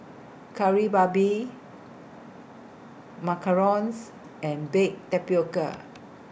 Kari Babi Macarons and Baked Tapioca